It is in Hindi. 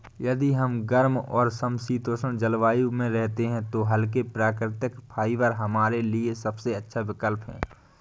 यदि हम गर्म और समशीतोष्ण जलवायु में रहते हैं तो हल्के, प्राकृतिक फाइबर हमारे लिए सबसे अच्छे विकल्प हैं